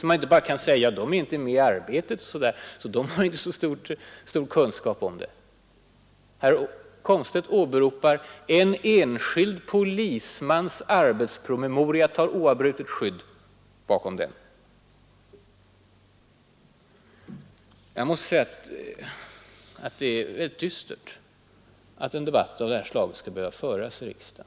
Om den kan man inte bara säga: Forskarna är inte med i det praktiska arbetet, så de har inte så stor kunskap om det hela! Jag anser att det är mycket dystert att en debatt av det här slaget skall behöva föras i riksdagen.